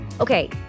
Okay